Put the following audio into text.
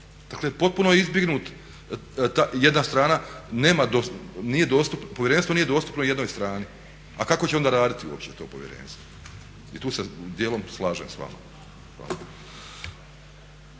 dakle potpuno je izbjegnut, jedna strana, povjerenstvo nije dostupno jednoj strani. A kako će onda raditi uopće to povjerenstvo? I tu se dijelom slažem s vama.